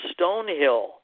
Stonehill